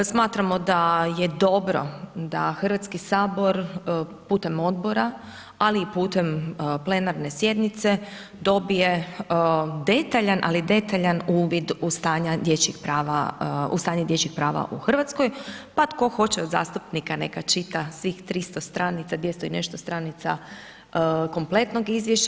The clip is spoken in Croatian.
Smatramo da je dobro da Hrvatski sabor, putem odbora, ali i putem plenarne sjednice, dobije, detaljan, ali detaljan uvid u stanja dječjih prava u Hrvatskoj, pa tko hoće od zastupnika, neka čita svih 300 stranica, 200 i nešto stranica kompletnog izvješća.